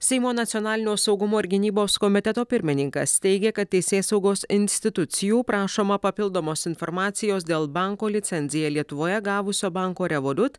seimo nacionalinio saugumo ir gynybos komiteto pirmininkas teigia kad teisėsaugos institucijų prašoma papildomos informacijos dėl banko licenziją lietuvoje gavusio banko revoliut